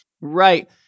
Right